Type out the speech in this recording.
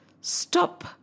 Stop